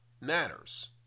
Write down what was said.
matters